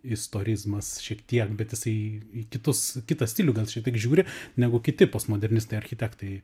istorizmas šiek tiek bet jisai į į kitus kitą stilių gan tik žiūri negu kiti postmodernistai architektai